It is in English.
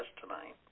tonight